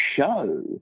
show